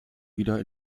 wieder